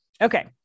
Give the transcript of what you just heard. Okay